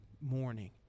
morning